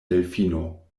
delfino